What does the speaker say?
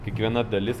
kiekviena dalis